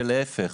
ולהפך.